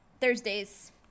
Thursdays